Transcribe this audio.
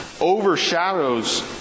overshadows